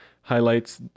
highlights